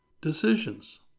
decisions